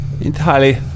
entirely